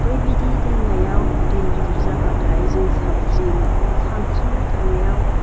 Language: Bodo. बैबायदि दैमायाव दै गिदिर जाब्लाथाय जों सानस्रियोमोन सानस्रिनो थांनायाव